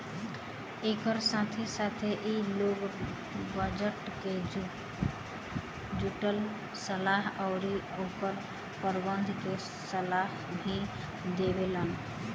एकरा साथे साथे इ लोग बजट से जुड़ल सलाह अउरी ओकर प्रबंधन के सलाह भी देवेलेन